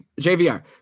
JVR